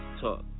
talk